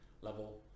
level